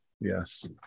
Yes